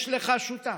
יש לך שותף,